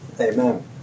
Amen